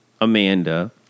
Amanda